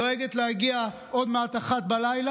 דואגת להגיע, עוד מעט 01:00,